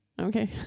okay